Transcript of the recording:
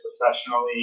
professionally